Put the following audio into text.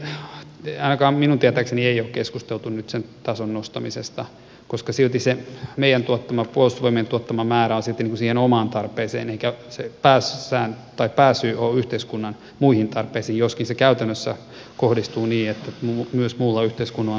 ainakaan minun tietääkseni ei ole keskusteltu nyt sen tason nostamisesta koska se meidän tuottama puolustusvoimien tuottama määrä on siihen omaan tarpeeseen eikä pääsyy ole tuottaa yhteiskunnan muihin tarpeisiin joskin se käytännössä kohdistuu niin että myös muulle yhteiskunnalle on suurta hyötyä tästä